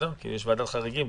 כי יש ועדת חריגים,